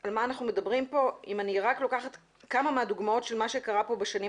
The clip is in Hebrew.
אם אני רק לוקחת כמה מהדוגמאות של מה שקרה פה בחמש שנים